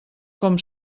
com